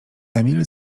emil